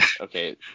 okay